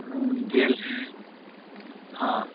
jail है हाँ